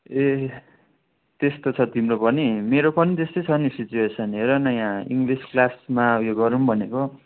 ए त्यस्तो छ तिम्रो पनि मेरो पनि त्यस्तै छ नि सिचुएसन हेर न यहाँ इङ्गलिस क्लासमा उयो गरौँ भनेको